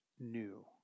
New